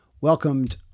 welcomed